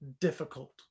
difficult